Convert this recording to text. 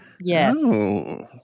yes